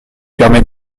permet